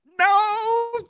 no